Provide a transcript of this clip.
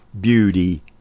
beauty